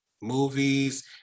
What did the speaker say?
movies